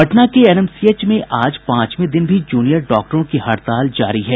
पटना के एनएमसीएच में आज पांचवें दिन भी जूनियर डॉक्टरों की हड़ताल जारी है